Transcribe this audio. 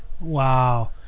Wow